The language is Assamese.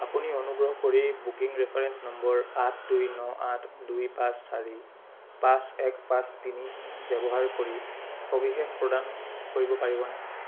আপুনি অনুগ্ৰহ কৰি বুকিং ৰেফাৰেন্স নম্বৰ আঠ দুই ন আঠ দুই পাঁচ চাৰি পাঁচ এক পাঁচ তিনি ব্যৱহাৰ কৰি সবিশেষ প্ৰদান কৰিব পাৰিবনে